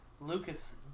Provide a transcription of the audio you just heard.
Lucas